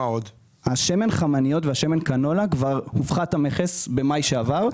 שמן החמניות ועל שמן קנולה הופחת המכס במאי שעבר.